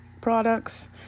products